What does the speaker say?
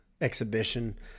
exhibition